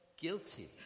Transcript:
guilty